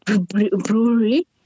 brewery